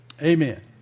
Amen